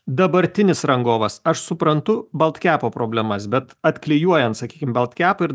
dabartinis rangovas aš suprantu baltkepo problemas bet atklijuojant sakykime baltkep ir